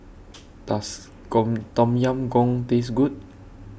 Does Goong Tom Yam Goong Taste Good